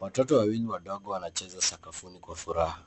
Watoto wawili wadogo wanacheza sakafuni kwa furaha